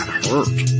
hurt